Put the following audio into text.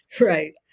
Right